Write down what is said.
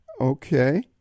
Okay